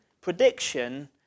prediction